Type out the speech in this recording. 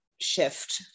shift